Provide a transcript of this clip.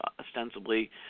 ostensibly